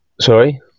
Sorry